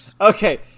Okay